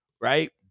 right